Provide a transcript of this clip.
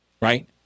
right